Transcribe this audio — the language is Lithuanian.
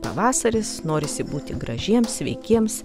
pavasaris norisi būti gražiems sveikiems